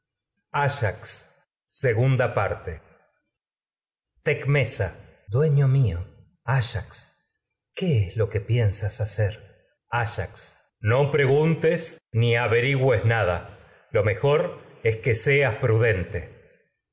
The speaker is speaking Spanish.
destemplada lengua tecmesa dueño mío áyax qué es lo que pien sas hacer áyax es no preguntes ni averigües nada lo mejor que seas prudente